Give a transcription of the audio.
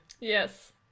Yes